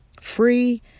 free